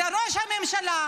זה ראש הממשלה,